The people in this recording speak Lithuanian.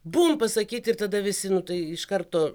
bum pasakyti ir tada visi nu tai iš karto